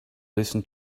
listen